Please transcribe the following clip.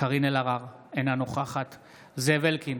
קארין אלהרר, אינה נוכחת זאב אלקין,